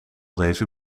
deze